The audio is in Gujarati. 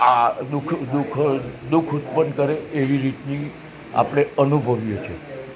આ દુઃખ ઉત્પન્ન કરે એવી રીતની આપણે અનુભવીએ છે